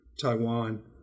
Taiwan